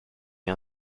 est